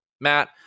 Matt